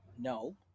no